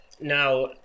now